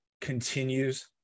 continues